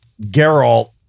Geralt